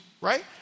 right